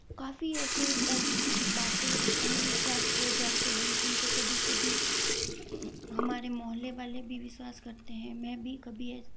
काफ़ी ऐसे ऐसी कुछ बातें कुछ अंधविश्वास हो जाते हैं जिनपे कभी कभी हमारे मोहल्ले वाले भी विश्वास करते हैं में भी कभी ऐसे